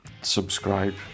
subscribe